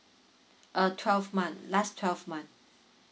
uh twelve month last twelve month